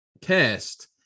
cast